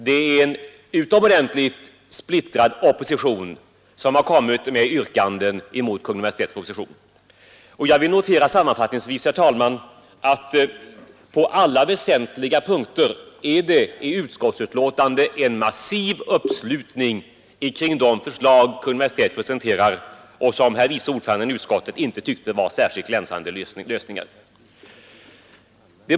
Det är en splittrad opposition som har framställt yrkanden mot Kungl. Maj:ts proposition. Jag vill notera sammanfattningsvis, herr talman, att på alla väsentliga punkter är det i utskottsbetänkandet en massiv uppslutning kring de förslag som Kungl. Maj:t presenterar och som vice ordföranden i utskottet inte tyckte var särskilt glänsande lösningar.